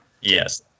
Yes